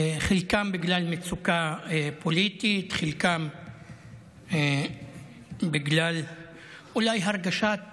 חלקם בגלל מצוקה פוליטית וחלקם בגלל אולי הרגשת